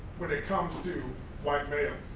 when it comes to white males